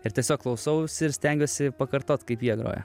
ir tiesiog klausausi ir stengiuosi pakartot kaip jie groja